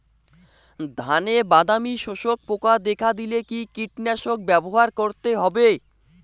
ধানে বাদামি শোষক পোকা দেখা দিলে কি কীটনাশক ব্যবহার করতে হবে?